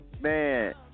man